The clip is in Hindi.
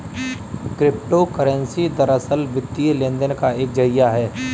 क्रिप्टो करेंसी दरअसल, वित्तीय लेन देन का एक जरिया है